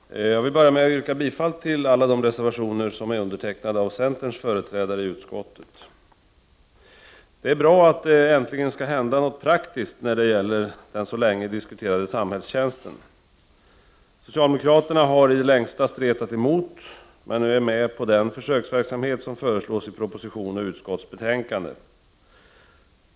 Herr talman! Jag vill börja med att yrka bifall till alla de reservationer som är undertecknade av centerns företrädare i utskottet. Det är bra att det äntligen skall hända något praktiskt när det gäller den så länge diskuterade samhällstjänsten. Socialdemokraterna har i det längsta stretat emot men är nu med på den försöksverksamhet som föreslås i propositionen och utskottsbetänkandet.